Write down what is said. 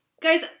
guys